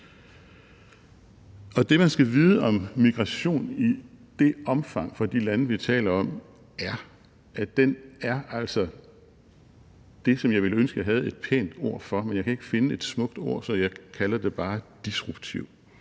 Det, man skal vide om migration i det omfang fra de lande, vi taler om, er, at den altså er det, som jeg ville ønske jeg havde et pænt ord for, men jeg kan ikke finde et smukt ord, så jeg kalder det bare disruptiv.